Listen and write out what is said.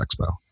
expo